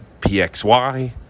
PXY